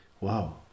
Wow